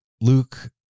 Luke